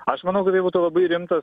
aš manau kad tai būtų labai rimtas